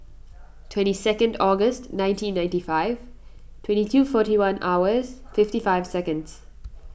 twenty second August nineteen ninety five twenty two forty one hours fifty five seconds